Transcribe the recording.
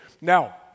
Now